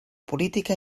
política